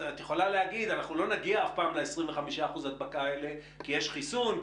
את יכולה להגיד אנחנו לא נגיע אף פעם ל-25% הדבקה האלה כי יש חיסון,